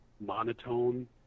monotone